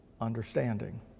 understanding